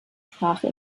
sprache